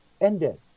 ended